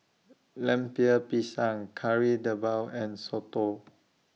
Lemper Pisang Kari Debal and Soto